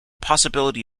possibility